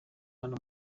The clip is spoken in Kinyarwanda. hano